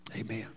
Amen